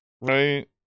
Right